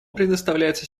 предоставляется